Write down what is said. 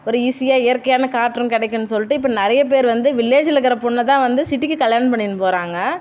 ஒரு ஈஸியாக இயற்கையான காற்றும் கெடைக்குதுன்னு சொல்லிட்டு இப்போ நிறைய பேர் வந்து வில்லேஜுல இருக்கிற பொண்ணை தான் வந்து சிட்டிக்கு கல்யாணம் பண்ணின்னு போறாங்க